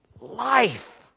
life